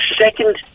second